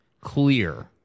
clear